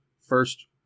first